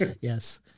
Yes